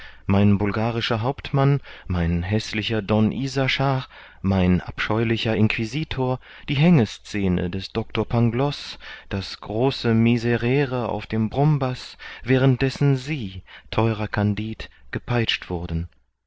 mein bulgarischer hauptmann mein häßlicher don isaschar mein abscheulicher inquisitor die hängescene des doctor pangloß das große miserere auf dem brummbaß während dessen sie theurer kandid gepeitscht wurden